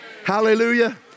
Hallelujah